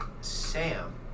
Sam